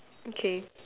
okay